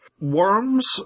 worms